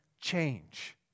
change